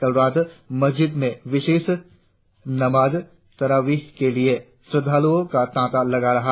कल रात मस्जिदों में विशेष नमाज तरावीह के लिए श्रद्धालुओं का तांता लगा रहा